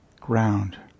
ground